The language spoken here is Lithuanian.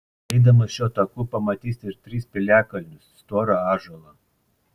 eidamas šiuo taku pamatysi ir tris piliakalnius storą ąžuolą